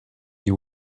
you